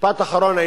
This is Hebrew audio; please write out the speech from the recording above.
משפט אחרון.